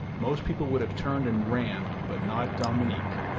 most people would have turned and ran but not dominique.